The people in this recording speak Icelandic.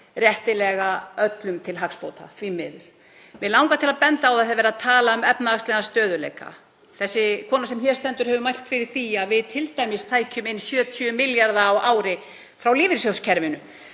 réttilega öllum til hagsbóta, því miður. Mig langar til að benda á, þegar verið er að tala um efnahagslegan stöðugleika, að sú kona sem hér stendur hefur mælt fyrir því að við t.d. tækjum inn 70 milljarða á ári frá lífeyrissjóðskerfinu